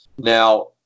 Now